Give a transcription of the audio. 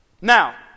Now